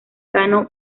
cano